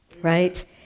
right